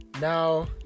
now